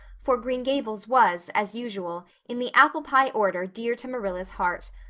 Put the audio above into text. for green gables was, as usual, in the apple pie order dear to marilla's heart.